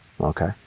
Okay